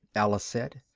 alice said.